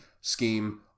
scheme